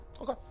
okay